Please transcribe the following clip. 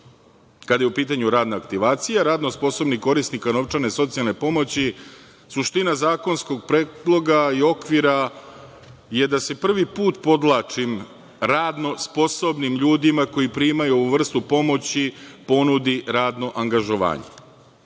Kada je u pitanju radna aktivacija, radno sposobnih korisnika novčane socijalne pomoći, suština zakonskog predloga i okvira jeste da se prvi put, podvlačim, radno sposobnim ljudima koji primaju ovu vrstu pomoći ponudi radno angažovanje.